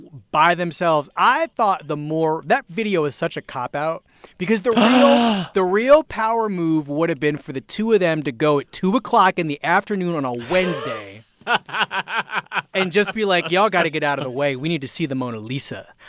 by themselves. i thought the more that video was such a cop-out because the the real power move would have been for the two of them to go at two o'clock in the afternoon on a wednesday and just be like, y'all got to get out of the way we need to see the mona lisa.